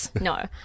No